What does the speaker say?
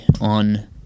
on